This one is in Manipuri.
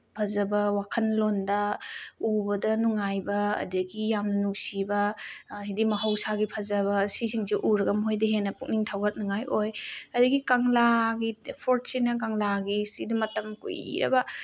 ꯐꯖꯕ ꯋꯥꯈꯜ ꯂꯣꯟꯗ ꯎꯕꯗ ꯅꯨꯡꯉꯥꯏꯕ ꯑꯗꯒꯤ ꯌꯥꯝꯅ ꯅꯨꯡꯁꯤꯕ ꯍꯥꯏꯗꯤ ꯃꯍꯧꯁꯥꯒꯤ ꯐꯖꯕ ꯁꯤꯁꯤꯡꯁꯦ ꯎꯔꯒ ꯃꯈꯣꯏꯗ ꯍꯦꯟꯅ ꯄꯨꯛꯅꯤꯡ ꯊꯧꯒꯠꯅꯤꯉꯥꯏ ꯑꯣꯏ ꯑꯗꯒꯤ ꯀꯪꯂꯥꯒꯤ ꯐꯣꯔꯠꯁꯤꯅ ꯀꯪꯂꯥꯒꯤ ꯁꯤꯗ ꯃꯇꯝ ꯀꯨꯏꯔꯕ